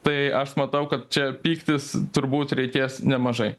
tai aš matau kad čia pyktis turbūt reikės nemažai